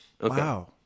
Wow